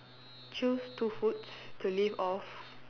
choose two foods to live off